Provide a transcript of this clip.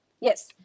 Yes